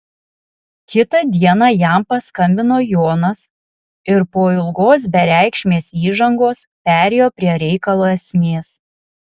kitą dieną jam paskambino jonas ir po ilgos bereikšmės įžangos perėjo prie reikalo esmės